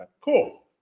Cool